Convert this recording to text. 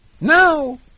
Now